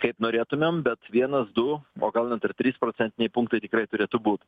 kaip norėtumėm bet vienas du o gal net ir trys procentiniai punktai tikrai turėtų būt